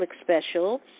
special